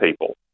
people